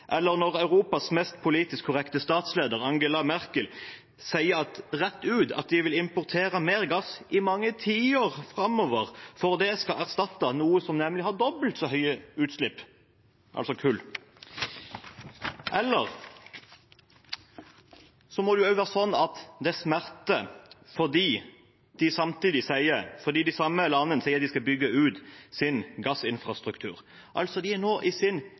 eller når Europas mest politisk korrekte statsleder, Angela Merkel, sier rett ut at de vil importere gass i mange tiår framover for at det skal erstatte noe som har dobbelt så store utslipp, nemlig kull? Eller er det slik at det smerter fordi de samtidig sier at de vil bygge ut sin gassinfrastruktur? De er nå i sin